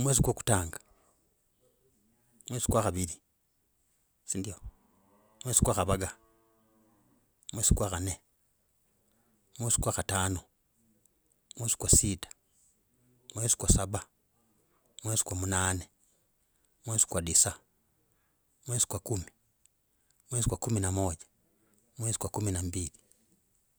Mwezi kwa kutanga, mwezi kwa khaviri sindio mwezi kwa gavaga. Mwezi kwa khanne, mwezi kwa katano, mwezi kwa sita, mwezi kwa saba, mwezi kwa munane, mwezi kwa disa, mwezi kwa kumi, mwezi kwa kumi na moja, mwezi kwa kumi na mbili.